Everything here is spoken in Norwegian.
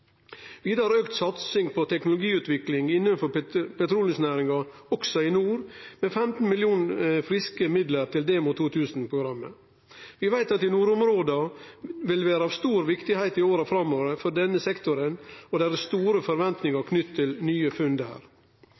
Vidare blir det auka satsing på teknologiutvikling innan petroleumsnæringa også i nord, med 15 mill. kr i friske midlar til DEMO 2000-programmet. Vi veit at nordområda vil vere av stor viktigheit i åra framover for denne sektoren, og det er store forventningar knytte til nye